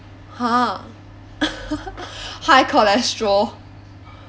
!huh! high cholesterol